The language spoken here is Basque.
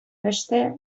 beste